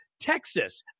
Texas